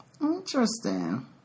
Interesting